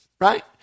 right